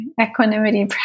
equanimity